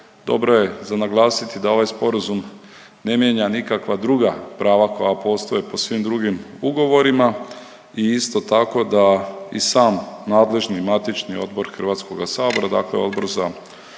Dobro je za naglasiti da ovaj sporazum ne mijenja nikakva druga prava koja postoje po svim drugim ugovorima i isto tako da i sam nadležni matični odbor Hrvatskoga sabora, dakle Odbor za